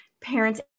parents